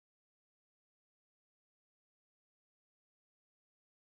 eh to your left prata prata coming from prata shop